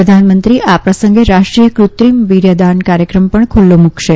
પ્રધાનમંત્રી આ પ્રસંગે રાષ્ટ્રીય કૃત્રિમ વીર્યદાન કાર્યક્રમ પણ ખુલ્લો મુકશે